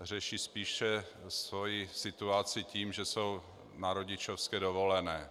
Řeší spíše svoji situaci tím, že jsou na rodičovské dovolené.